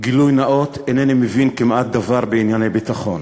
גילוי נאות: אינני מבין כמעט דבר בענייני ביטחון,